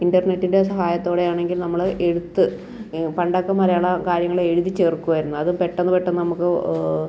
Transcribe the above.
ഇൻ്റർനെറ്റിൻ്റെ സഹായത്തോടെയാണെങ്കിൽ നമ്മൾ എഴുത്ത് പണ്ടൊക്കെ മലയാള കാര്യങ്ങൾ എഴുതി ചേർക്കുവായിരുന്നു അത് പെട്ടെന്ന് പെട്ടെന്ന് നമുക്ക്